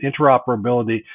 interoperability